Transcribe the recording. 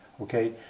okay